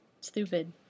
stupid